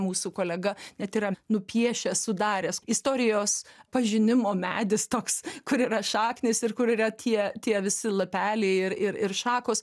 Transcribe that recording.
mūsų kolega net yra nupiešęs sudaręs istorijos pažinimo medis toks kur yra šaknys ir kur yra tie tie visi lapeliai ir ir ir šakos